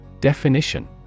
Definition